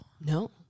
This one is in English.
No